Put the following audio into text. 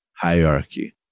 hierarchy